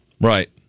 Right